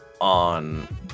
On